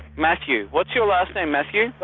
matthew. what's your last name, matthew?